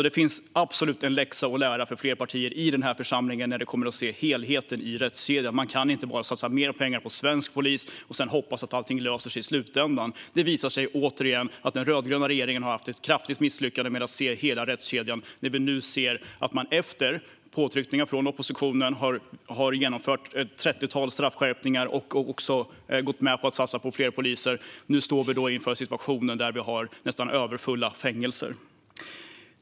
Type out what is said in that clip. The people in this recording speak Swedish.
Det finns absolut en läxa att lära för flera partier i denna församling när det gäller att se helheten i rättskedjan - man kan inte bara satsa mer pengar på svensk polis och sedan hoppas att allting löser sig i slutändan. Det visar sig återigen att den rödgröna regeringen har misslyckats kraftigt med att se hela rättskedjan när vi nu ser att man efter påtryckningar från oppositionen har genomfört ett trettiotal straffskärpningar och även gått med på att satsa på fler poliser. Nu står vi inför en situation där vi har nästan överfulla fängelser.